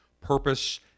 purpose